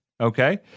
okay